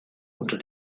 unter